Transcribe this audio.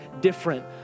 different